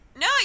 No